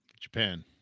Japan